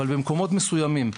אבל במקומות מסוימים,